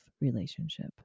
relationship